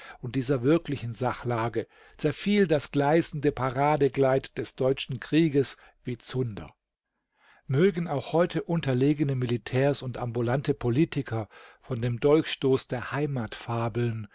und dieser wirklichen sachlage zerfiel das gleißende paradekleid des deutschen krieges wie zunder mögen auch heute unterlegene militärs und ambulante politiker von dem dolchstoß der heimat fabeln